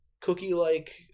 cookie-like